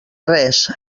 res